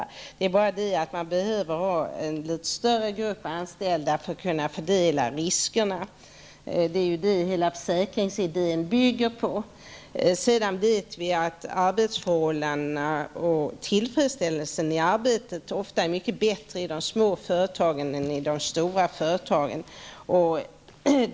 Det behövs dock en grupp med fler anställda för att det skall vara möjligt att fördela riskerna. Det är ju också vad idéen om försäkringar över huvud taget bygger på. Vidare vet vi att arbetsförhållandena ofta är mycket bättre och att tillfredsställelsen i arbetet ofta är mycket större i små företag jämfört med vad som är fallet i stora företag.